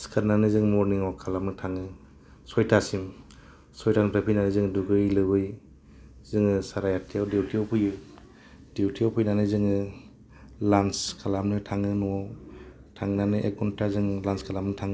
सिखारनानै जों मरनिं वाक खालामनो थाङो शयथा सिम शयथा निफ्राइ फैनानै जोंङो दुगै लोबै जोंङो साराइ आठथायाव डिउटिआव फैयो डिउटिआव फैनानै जोङो लान्च खालामनो थाङो न'आव थांनानै एक घंटा जोङो लान्च खालामनो थाङो